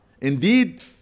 Indeed